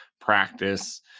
practice